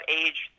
age